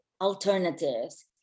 alternatives